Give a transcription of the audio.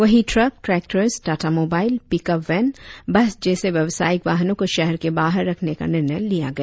वही truck tractors Tata mobile pickup van bus जैसे व्यवसायिक वाहनों को शहर के बाहर रखने का निर्णय लिया गया